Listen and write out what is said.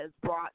brought